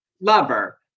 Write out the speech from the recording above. lover